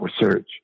research